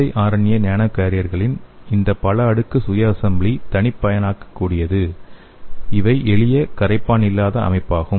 siRNA nano காரியர்களின் இந்த பல அடுக்கு சுய அசெம்பிளி தனிப்பயனாக்கக்கூடியது மற்றும் இவை எளிய கரைப்பான் இல்லாத அமைப்பாகும்